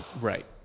Right